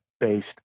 based